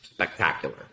spectacular